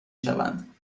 شوند